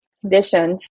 conditioned